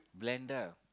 blender